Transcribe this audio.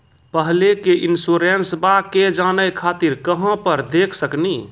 पहले के इंश्योरेंसबा के जाने खातिर कहां पर देख सकनी?